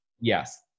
Yes